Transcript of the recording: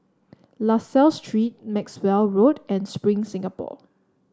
La Salle Street Maxwell Road and Spring Singapore